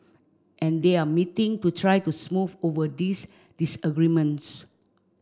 and they are meeting to try to smooth over these disagreements